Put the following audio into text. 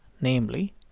namely